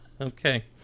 Okay